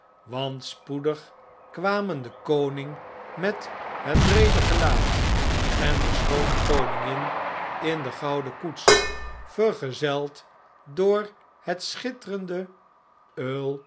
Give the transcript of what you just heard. want spoedig kwamen de koning met het breede gelaat en de schoone koningin in de gouden koets vergezeld door het schitterende